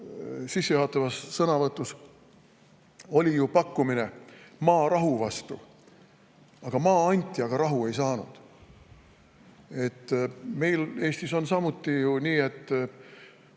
sissejuhatavas sõnavõtus, oli ju pakkumine: maa rahu vastu. Maa anti, aga rahu ei saadud. Meil Eestis on samuti ju nii, et